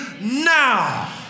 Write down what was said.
now